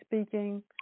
speaking